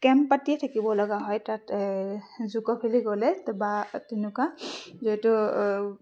camp পাতিয়ে থাকিব লগা হয় তাত জুকো ভেলি গ'লে বা তেনেকুৱা যিহেতু